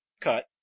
cut